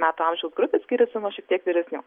metų amžiaus grupė skiriasi nuo šiek tiek vyresnių